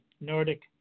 Nordic